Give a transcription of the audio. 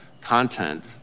content